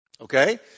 Okay